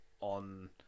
on